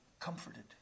Comforted